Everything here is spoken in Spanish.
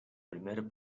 primer